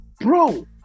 bro